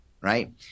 right